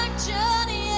johnny